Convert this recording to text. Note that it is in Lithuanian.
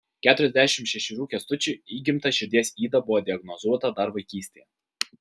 keturiasdešimt šešerių kęstučiui įgimta širdies yda buvo diagnozuota dar vaikystėje